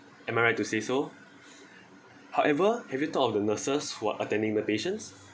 am I right to say so however have you thought of the nurses who are attending the patients